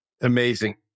Amazing